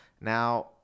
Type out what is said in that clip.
Now